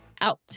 out